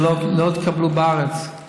שלא התקבלו בארץ,